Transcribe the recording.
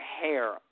hair